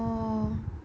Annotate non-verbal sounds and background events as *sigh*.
*noise*